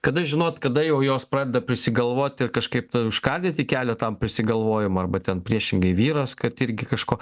kada žinot kada jau jos pradeda prisigalvoti ir kažkaip užkardyti kelią tam prisigalvojimui arba ten priešingai vyras kad irgi kažko